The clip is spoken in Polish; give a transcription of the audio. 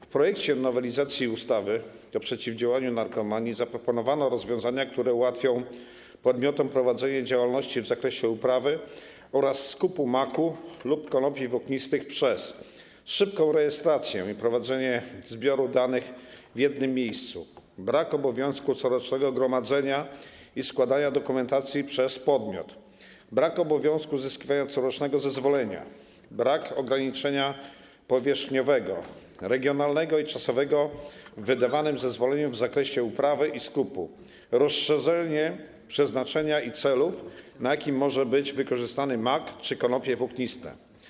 W projekcie nowelizacji ustawy o przeciwdziałaniu narkomanii zaproponowano rozwiązania, które ułatwią podmiotom prowadzenie działalności w zakresie uprawy oraz skupu maku lub konopi włóknistych przez: szybką rejestrację i prowadzenie zbioru danych w jednym miejscu, brak obowiązku corocznego gromadzenia i składania dokumentacji przez podmiot, brak obowiązku uzyskiwania corocznego zezwolenia, brak ograniczenia powierzchniowego, regionalnego i czasowego w wydawanym zezwoleniu w zakresie uprawy i skupu, rozszerzenie przeznaczenia i celów, do jakich może być wykorzystany mak czy konopie włókniste.